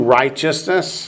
righteousness